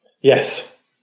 yes